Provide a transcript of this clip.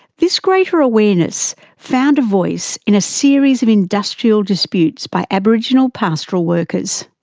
this greater awareness found a voice in a series of industrial disputes by aboriginal pastoral workers.